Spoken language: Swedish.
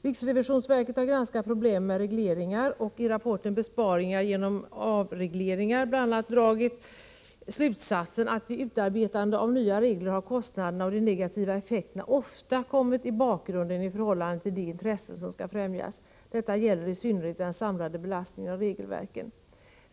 Riksrevisionsverket har granskat problemen med regleringar. I rapporten Besparingar genom avregleringar har verket bl.a. dragit följande slutsats: Vid utarbetandet av nya regler har kostnaderna och de negativa effekterna ofta kommit i bakgrunden i förhållande till de intressen som skall främjas. Detta gäller i synnerhet den samlade belastningen av regelverken.